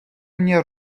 mně